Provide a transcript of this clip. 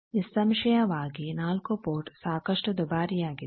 ನಿಸ್ಸಂಶಯವಾಗಿ 4 ಪೋರ್ಟ್ ಸಾಕಷ್ಟು ದುಬಾರಿಯಾಗಿದೆ